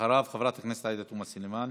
אחריו, חברת הכנסת עאידה תומא סלימאן.